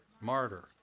Martyr